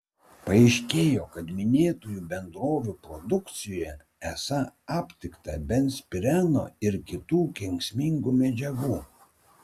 paaiškėjo kad minėtųjų bendrovių produkcijoje esą aptikta benzpireno ir kitų kenksmingų medžiagų